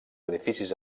edificis